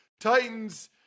Titans